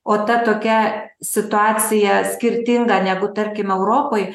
o ta tokia situacija skirtinga negu tarkim europoj